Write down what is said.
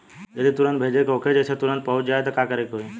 जदि तुरन्त भेजे के होखे जैसे तुरंत पहुँच जाए त का करे के होई?